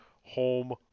home